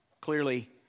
Clearly